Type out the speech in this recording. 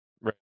Right